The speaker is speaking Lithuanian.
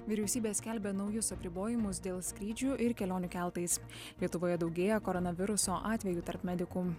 vyriausybė skelbia naujus apribojimus dėl skrydžių ir kelionių keltais lietuvoje daugėja koronaviruso atvejų tarp medikų